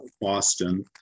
Boston